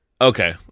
Okay